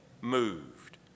moved